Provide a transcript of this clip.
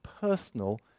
personal